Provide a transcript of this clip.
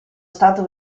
stato